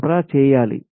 సరఫరా చేయాలి